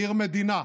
עיר מדינה,